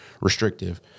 restrictive